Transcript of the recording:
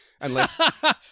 unless-